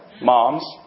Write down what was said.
moms